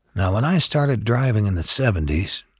now when i started driving in the seventy s,